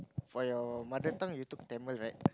for your mother tongue you took Tamil right